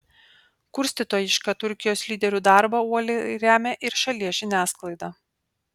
kurstytojišką turkijos lyderių darbą uoliai remia ir šalies žiniasklaida